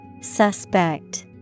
Suspect